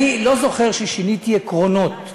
אני לא זוכר ששיניתי עקרונות.